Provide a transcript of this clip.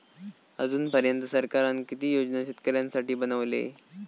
अजून पर्यंत सरकारान किती योजना शेतकऱ्यांसाठी बनवले?